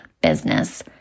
business